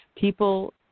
People